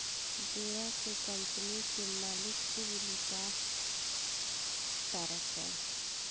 डोरा के कम्पनी के मालिक खूब लूटा तारसन